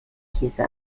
käse